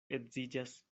edziĝas